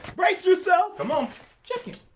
brace yourself. um um chicken.